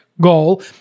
goal